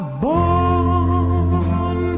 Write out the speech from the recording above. born